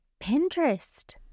pinterest